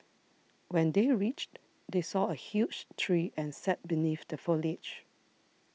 when they reached they saw a huge tree and sat beneath the foliage